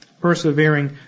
persevering